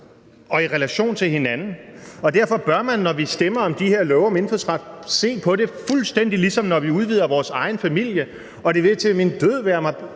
og i relation til hinanden, og derfor bør man, når vi stemmer om de her love om indfødsret, se på det, fuldstændig som når vi udvider vores egen familie. Og det vil til min død være mig